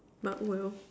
not well